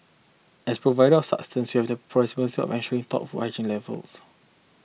as providers sustenance you have to responsibility of ensuring top food hygiene levels